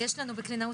יש לנו בקלינאות